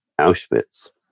auschwitz